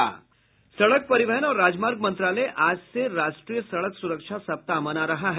सड़क परिवहन और राजमार्ग मंत्रालय आज से राष्ट्रीय सड़क सुरक्षा सप्ताह मना रहा है